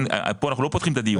פה אנחנו לא פותחים את הדיון.